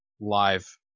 live